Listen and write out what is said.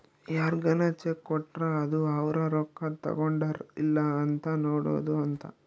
ಯಾರ್ಗನ ಚೆಕ್ ಕೊಟ್ರ ಅದು ಅವ್ರ ರೊಕ್ಕ ತಗೊಂಡರ್ ಇಲ್ಲ ಅಂತ ನೋಡೋದ ಅಂತ